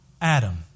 Adam